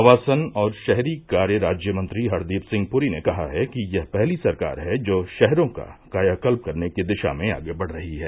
आवासन और शहरी कार्य राज्यमंत्री हरदीप सिंह पूरी ने कहा है कि यह पहली सरकार है जो शहरों का कायाकल्प करने की दिशा में आगे बढ़ रही है